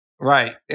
Right